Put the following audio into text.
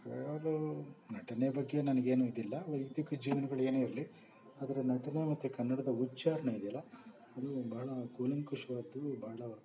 ಅವರ ನಟನೆ ಬಗ್ಗೆ ನನಗೇನು ಇದಿಲ್ಲ ವೈಯುಕ್ತಿಕ ಜೀವನಗಳು ಏನೇ ಇರಲಿ ಆದರೆ ನಟನೆ ಮತ್ತು ಕನ್ನಡದ ಉಚ್ಚಾರಣೆ ಇದೆಯಲ್ಲ ಅದು ಭಾಳ ಕೂಲಂಕುಷವಾದ್ದು ಭಾಳ